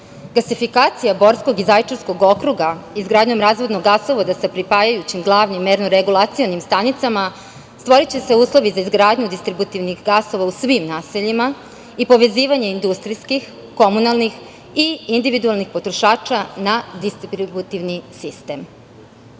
Gasifikacijom Borskog i Zaječarskog okruga, izgradnjom razvodnog gasovoda sa pripajajućim glavnim merno-regulacionim stanicama, stvoriće se uslovi za izgradnju distributivnih gasova u svim naseljima i povezivanje industrijskih, komunalnih i individualnih potrošača na distributivni sistem.